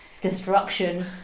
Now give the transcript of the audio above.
destruction